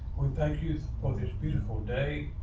we thank you for this beautiful day.